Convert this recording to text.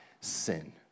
sin